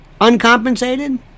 uncompensated